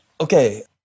Okay